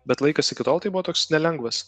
bet laikas iki tol tai buvo toks nelengvas